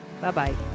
Bye-bye